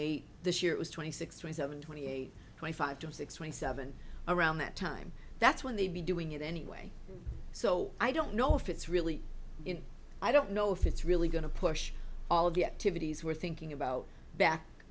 eight this year it was twenty six twenty seven twenty eight twenty five to six twenty seven around that time that's when they'd be doing it anyway so i don't know if it's really in i don't know if it's really going to push all get to vittie as we're thinking about back